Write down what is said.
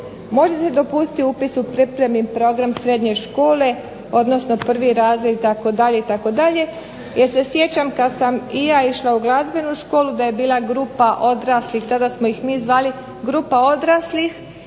može se dopustiti upis u pripremni program srednje škole, odnosno prvi razred, itd., itd. Jer se sjećam kad sam i ja išla u glazbenu školu da je bila grupa odraslih, tada smo ih mi zvali grupa odraslih